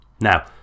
Now